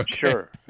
sure